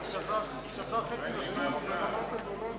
אולי נשמע הפתעה.